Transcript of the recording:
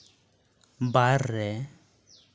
ᱵᱟᱨ ᱨᱮ